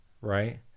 Right